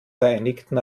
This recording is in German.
vereinigten